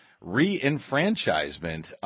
re-enfranchisement